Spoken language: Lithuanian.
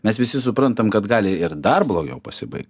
mes visi suprantam kad gali ir dar blogiau pasibaigt